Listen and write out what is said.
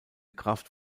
kraft